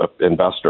investor